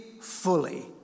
fully